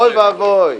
אוי ואבוי.